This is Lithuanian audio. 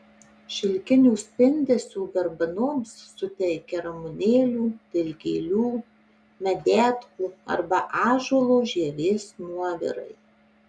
šilkinio spindesio garbanoms suteikia ramunėlių dilgėlių medetkų arba ąžuolo žievės nuovirai